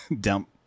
dump